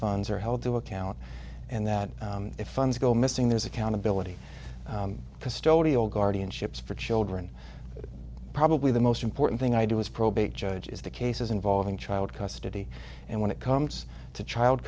funds are held to account and that if funds go missing there's accountability custodial guardianships for children probably the most important thing i do as probate judge is the cases involving child custody and when it comes to child